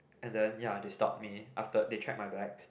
and then ya they stopped me after they checked my bags